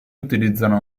utilizzano